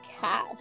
cash